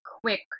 quick